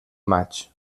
maig